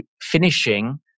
finishing